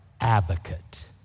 Advocate